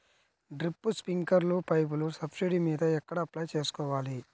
Drip, స్ప్రింకర్లు పైపులు subsidy మీద ఎక్కడ అప్లై చేసుకోవాలి?